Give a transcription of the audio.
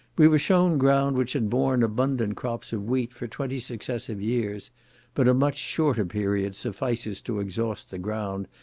we were shewn ground which had borne abundant crops of wheat for twenty successive years but a much shorter period suffices to exhaust the ground,